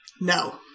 No